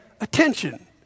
attention